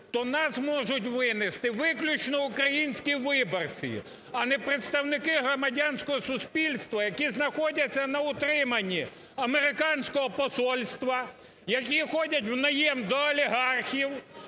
то нас можуть винести виключно українські виборці, а не представники громадянського суспільства, які знаходяться на утриманні американського посольства, які ходять в найєм до олігархів,